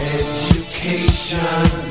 education